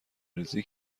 ریزی